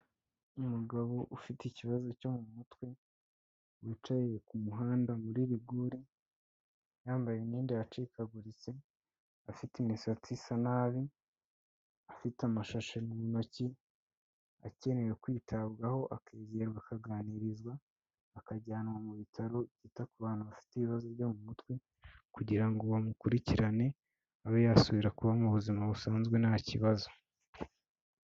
Umugabo ufite ikibazo cyo mu mutwe, wicaye ku muhanda muri rigori, yambaye imyenda yacikaguritse, afite imisatsi isa nabi, afite amashashi mu ntoki, akeneye kwitabwaho, akegerwa, akaganirizwa, akajyanwa mu bitaro byita ku bantu bafite ibibazo byo mu mutwe kugira ngo bamukurikirane, abe yasubira kuba mu buzima busanzwe nta kibazo.